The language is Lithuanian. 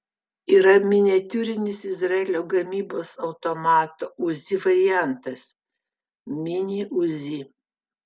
yra miniatiūrinis izraelio gamybos automato uzi variantas mini uzi